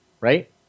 right